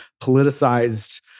politicized